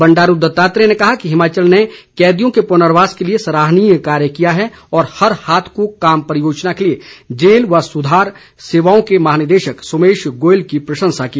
बंडारू दत्तात्रेय ने कहा कि हिमाचल ने कैदियों के पुनर्वास के लिए सराहनीय कार्य किया है और हर हाथ को काम परियोजना के लिए जेल व सुधार सेवाओं के महानिदेशक सोमेश गोयल की प्रशंसा की